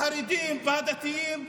החרדים והדתיים,